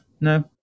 No